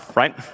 right